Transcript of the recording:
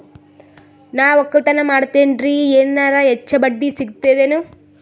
ನಾ ಒಕ್ಕಲತನ ಮಾಡತೆನ್ರಿ ಎನೆರ ಹೆಚ್ಚ ಬಡ್ಡಿ ಸಿಗತದೇನು?